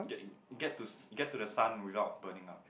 get in get to get to the sun without burning out